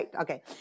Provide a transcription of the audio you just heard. Okay